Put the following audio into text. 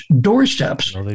doorsteps